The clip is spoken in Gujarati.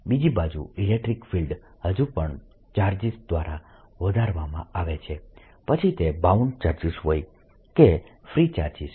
બીજી બાજુ ઇલેક્ટ્રીક ફિલ્ડ હજુ પણ ચાર્જીસ દ્વારા વધારવામાં આવે છે પછી તે બાઉન્ડ ચાર્જીસ હોય કે ફ્રી ચાર્જીસ